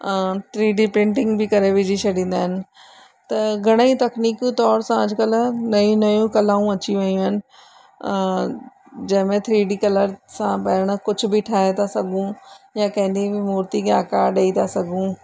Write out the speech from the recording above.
three D painting बि करे विझी छॾींदा आहिनि त घणेई तकनीकी तौर सां अॼुकल्ह नयूं नयूं कलाऊं अची वेयूं आहिनि जंहिं में थ्री डी कलर सां ॿाहिरि कुझु बि ठाहे था सघूं या कहिड़ी बि मूर्ति खे आकार ॾेई था सघूं